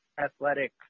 Athletic